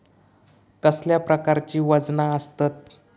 कसल्या प्रकारची वजना आसतत?